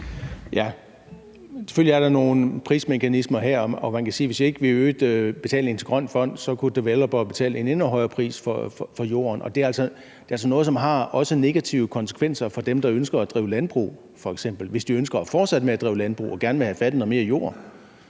Selvfølgelig er der nogle prismekanismer i spil her. Man kan sige, at hvis ikke vi øgede betalingen til Grøn Fond, kunne developere betale en endnu højere pris for jorden. Det er altså noget, som også har negative konsekvenser for dem, der ønsker at drive landbrug, f.eks. hvis de ønsker at fortsætte med at drive landbrug og gerne vil have fat i noget mere jord.